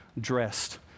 dressed